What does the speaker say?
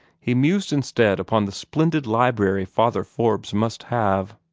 he mused instead upon the splendid library father forbes must have.